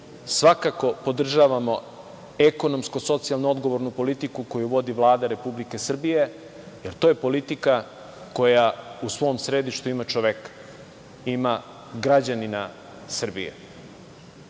svakako podržavamo ekonomsko-socijalnu odgovornu politiku koju vodi Vlada Republike Srbije, jer to je politika koja u svom središtu ima čoveka, ima građanina Srbije. Sa